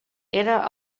era